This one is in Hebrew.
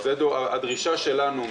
אבל הוא אושר על-ידי הממשלה ולכן אנחנו